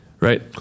right